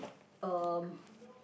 um